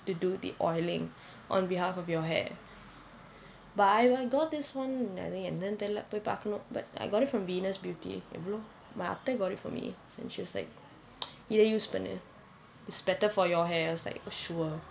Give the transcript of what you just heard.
to do the oiling on behalf of your hair but I I got this one அது என்னன்னு தெரியில்லே போய் பார்க்கணும்:athu enannu theriyillae poi paarkkanum I got it from venus beauty எவ்வளோ:evvalo my அத்தை:athai got it for me and she was like இதை:ithai use பண்ணு:pannu is better for your hair I was like sure